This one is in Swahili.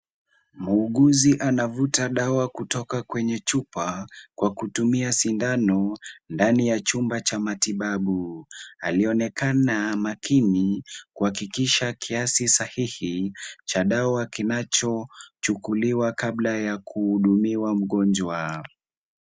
Muuguzi anavuta dawa kutoka kwenye chupa kwa kutumia sindano, ndani ya chumba cha matibabu. Alionekana makini kuhakikisha kiasi sahihi cha dawa kinachochukuliwa, kabla ya kuhudumiwa mgonjwa.